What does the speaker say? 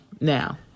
now